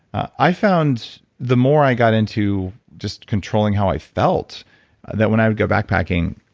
i found the more i got into just controlling how i felt that when i would go backpacking,